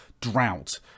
drought